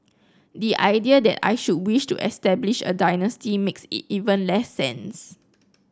the idea that I should wish to establish a dynasty makes even less sense